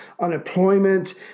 unemployment